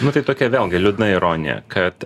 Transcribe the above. nu tai tokia vėlgi liūdna ironija kad